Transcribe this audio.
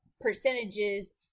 percentages